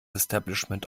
establishment